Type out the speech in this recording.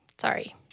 Sorry